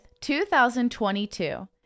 2022